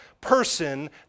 person